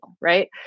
right